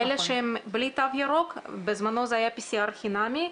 אלה שהם בלי תו ירוק, בזמנו זה היה PCR חינמי.